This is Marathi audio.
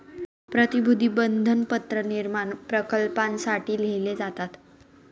प्रतिभूती बंधपत्र निर्माण प्रकल्पांसाठी लिहिले जातात